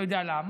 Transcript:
לא יודע למה.